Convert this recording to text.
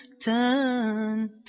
turn